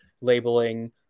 labeling